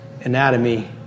anatomy